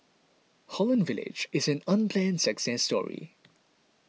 Holland Village is an unplanned success story